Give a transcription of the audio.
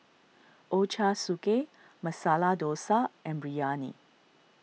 Ochazuke Masala Dosa and Biryani